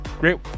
Great